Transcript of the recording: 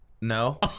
No